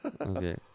Okay